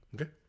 Okay